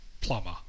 plumber